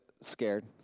scared